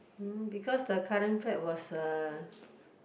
hmm because the current flat was a